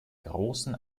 großen